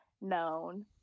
known